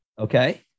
Okay